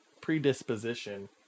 predisposition